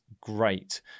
great